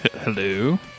Hello